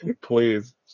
Please